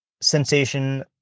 sensation